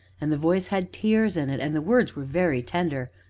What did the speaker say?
and the voice had tears in it, and the words were very tender.